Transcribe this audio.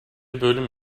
bölüm